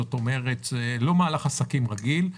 זה לא מהלך עסקים רגיל.